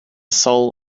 soul